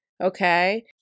okay